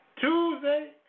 Tuesday